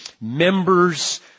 Members